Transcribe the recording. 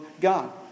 God